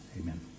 amen